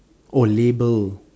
oh label